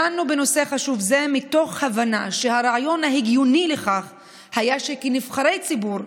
דנו בנושא חשוב זה מתוך הבנה שהרעיון ההגיוני לכך היה שכנבחרי ציבור,